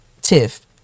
tiff